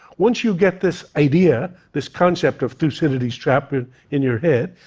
once you get this idea, this concept of thucydides's trap in in your head,